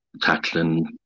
tackling